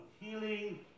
healing